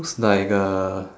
looks like uh